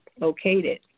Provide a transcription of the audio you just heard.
located